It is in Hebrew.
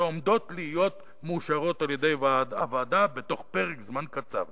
שעומדות להיות מאושרות על-ידי הוועדה בתוך פרק זמן קצר.